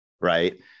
Right